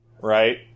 right